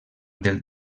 del